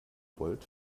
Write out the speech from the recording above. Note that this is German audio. wollt